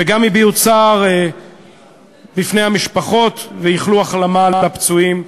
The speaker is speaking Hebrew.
וגם הביעו צער בפני המשפחות ואיחלו החלמה לפצועים.